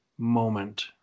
moment